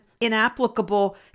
inapplicable